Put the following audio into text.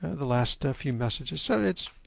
the last few messages. so, it's,